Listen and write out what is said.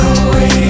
away